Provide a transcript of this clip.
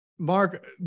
Mark